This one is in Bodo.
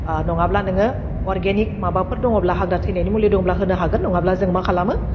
ओह नङाब्ला नोङो अरगेनिक माबाफोर दङब्ला हाग्रा थैनायनि मुलि दंब्ला होनो हागोन नङाब्ला जों मा खालामो